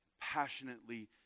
passionately